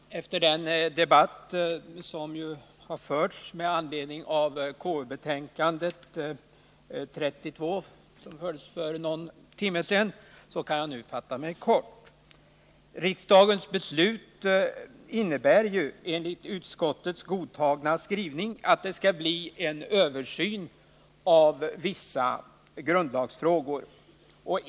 Fru talman! Efter den debatt som har förts för en stund sedan med anledning av konstitutionsutskottets betänkande nr 32 kan jag nu fatta mig kort. Riksdagens beslut i det ärendet innebär ju, enligt utskottets godtagna skrivning, att det skall ske en översyn av vissa grundlagsfrågor.